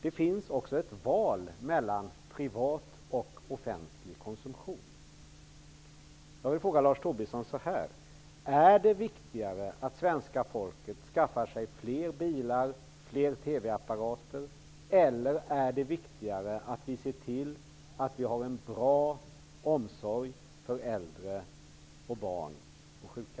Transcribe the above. Det finns ett val mellan privat och offentlig konsumtion. Vad är viktigast: att svenska folket skaffar sig fler bilar och fler TV-apparater eller att vi har en bra omsorg för äldre, barn och sjuka?